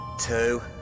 two